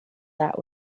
that